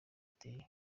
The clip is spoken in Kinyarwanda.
giteye